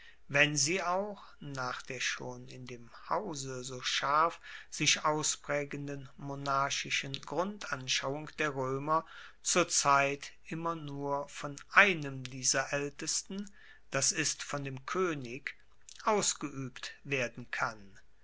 wenn sie auch nach der schon in dem hause so scharf sich auspraegenden monarchischen grundanschauung der roemer zur zeit immer nur von einem dieser aeltesten das ist von dem koenig ausgeuebt werden kann